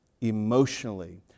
emotionally